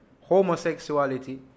homosexuality